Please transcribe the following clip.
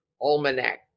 almanac